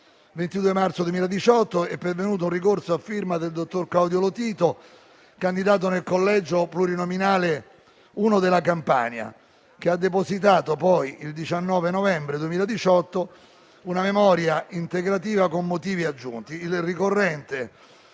22 marzo 2018 è pervenuto un ricorso a firma del dottor Claudio Lotito, candidato nel collegio plurinominale 1 della Campania, che, il 19 novembre 2018, ha depositato una memoria integrativa con motivi aggiunti.